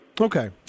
Okay